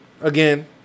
again